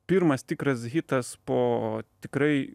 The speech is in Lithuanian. pirmas tikras hitas po tikrai